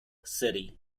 city